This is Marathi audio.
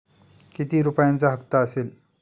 किती रुपयांचा हप्ता असेल?